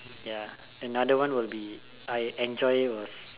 ya and other one will be I enjoy was